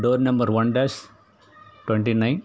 door number one dash twenty nine